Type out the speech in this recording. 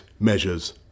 measures